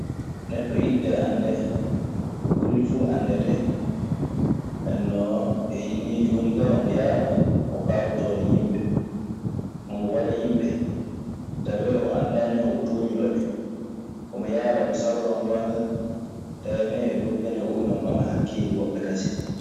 Neɗɗo indee anndee. Ko golli fuu anndete. Nden non, o hinii jooni kaa omo yaara o paabotooɗo yimɓe. Omo wara yimɓe tawee o anndaani o tooñuɗo yimɓe. Omo yaara omo saroroo ngoonga tawe nee e dow pene o woni. Omo ɓama hakkeji woɓɓe kasen.